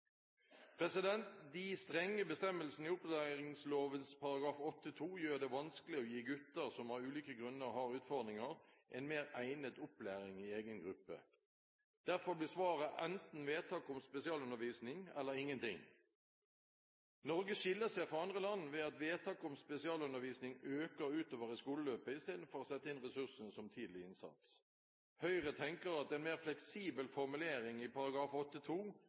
De strenge bestemmelsene i opplæringsloven § 8-2 gjør det vanskelig å gi gutter som av ulike grunner har utfordringer, en mer egnet opplæring i egen gruppe. Derfor blir svaret enten vedtak om spesialundervisning eller ingenting. Norge skiller seg fra andre land ved at vedtak om spesialundervisning øker utover i skoleløpet, istedenfor å sette inn ressursene som tidlig innsats. Høyre tenker at en mer fleksibel formulering i